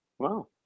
wow